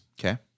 Okay